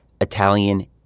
Italian